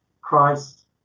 Christ